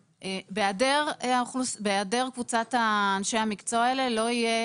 בהיעדר קבוצת אנשי המקצוע האלה לא יהיה